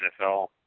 NFL